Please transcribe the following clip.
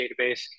database